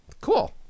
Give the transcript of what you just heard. Cool